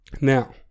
Now